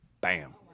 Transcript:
Bam